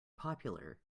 popular